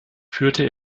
führte